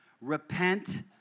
Repent